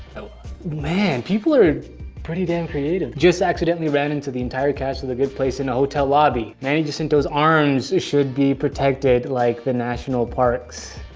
man, people are pretty damn creative. just accidentally ran into the entire cast of the good place in a hotel lobby. manny jacinto's arms should be protected, like the national parks.